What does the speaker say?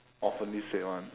oftenly said [one]